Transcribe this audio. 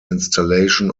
installation